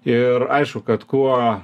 ir aišku kad kuo